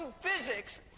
physics